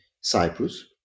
Cyprus